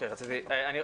תודה רבה לך,